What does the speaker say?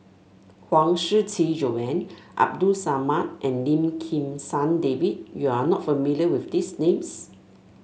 Huang Shiqi Joan Abdul Samad and Lim Kim San David you are not familiar with these names